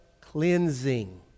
cleansing